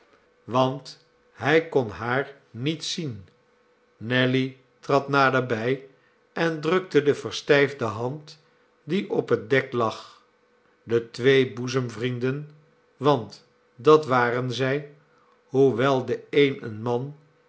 want hij kon haar niet zien nelly trad naderbij en drukte de verstijfde hand die op het dek lag de twee boezemvrienden want dat waren zij hoewel de een een man